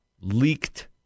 leaked